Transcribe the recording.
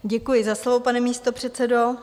Děkuji za slovo, pane místopředsedo.